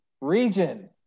region